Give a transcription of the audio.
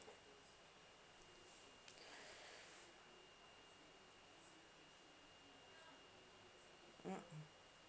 mm mm